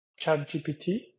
ChatGPT